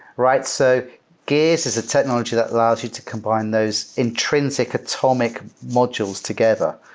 right? so gears is a technology that allows you to combine those intrinsic atomic modules together.